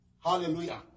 Hallelujah